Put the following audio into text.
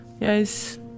Yes